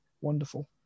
wonderful